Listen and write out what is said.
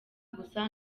gusa